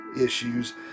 issues